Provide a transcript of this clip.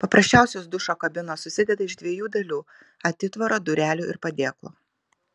paprasčiausios dušo kabinos susideda iš dviejų dalių atitvaro durelių ir padėklo